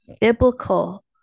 biblical